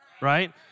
right